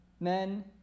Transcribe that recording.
men